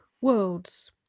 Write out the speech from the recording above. worlds